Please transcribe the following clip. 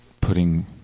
putting